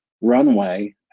runway